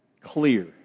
clear